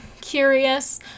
curious